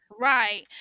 Right